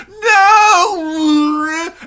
No